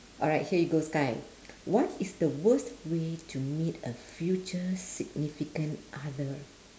alright here you go sky what is the worst way to meet a future significant other